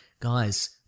Guys